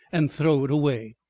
and throw it away.